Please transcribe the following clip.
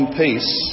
peace